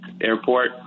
airport